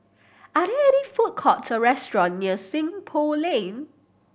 are they are they food courts or restaurant near Seng Poh Lane